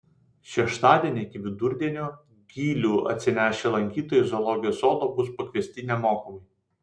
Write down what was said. šeštadienį iki vidurdienio gilių atsinešę lankytojai į zoologijos sodą bus pakviesti nemokamai